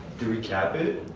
do we cap it?